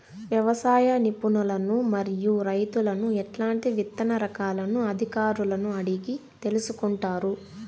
వ్యవసాయ నిపుణులను మరియు రైతులను ఎట్లాంటి విత్తన రకాలను అధికారులను అడిగి తెలుసుకొంటారు?